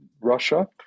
Russia